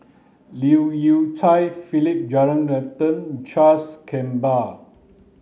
Leu Yew Chye Philip Jeyaretnam Charles Gamba